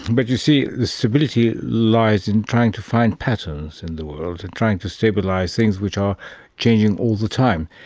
but you see the stability lies in trying to find patterns in the world and trying to stabilise things which are changing all the time.